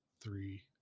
three